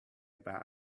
about